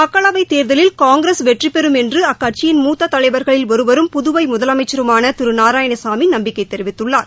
மக்களவை தேர்தலில் காங்கிரஸ் வெற்றி பெறும் என்று அக்கட்சியின் மூத்த தலைவர்களில் ஒருவரும் புதுவை முதலமைச்சருமான திரு நாராயணசாமி நம்பிக்கை தெரிவித்துள்ளார்